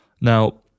Now